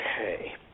Okay